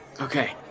Okay